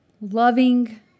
loving